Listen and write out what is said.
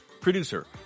Producer